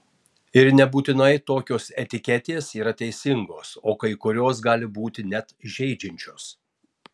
ir nebūtinai tokios etiketės yra teisingos o kai kurios gali būti net žeidžiančios